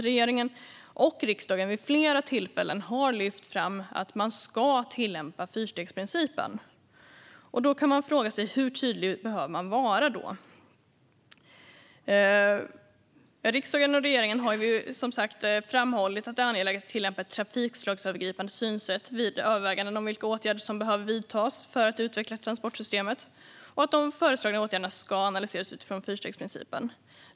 Regeringen och riksdagen har vid flera tillfällen lyft fram att man ska tillämpa fyrstegsprincipen. Då kan man fråga sig hur tydlig man behöver vara. Riksdagen och regeringen har ju, som sagt, framhållit att det är angeläget att tillämpa ett trafikslagsövergripande synsätt vid överväganden av vilka åtgärder som bör vidtas för att utveckla transportsystemet och att de föreslagna åtgärderna ska analyseras utifrån fyrstegsprincipen.